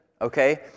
okay